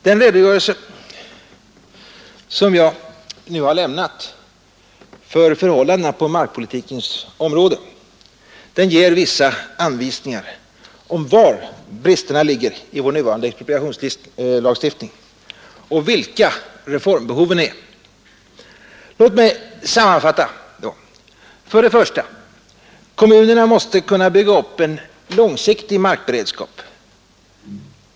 Den redogörelse som jag här lämnat för förhållandena på markpolitikens område ger vissa anvisningar om var bristerna ligger i vår nuvarande expropriationslagstiftning och vilka reformbehoven är. Låt mig sammanfatta dem. För det första måste kommunerna kunna bygga upp en långsiktig markberedskap.